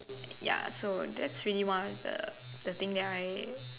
ya so that's really one of the the thing that I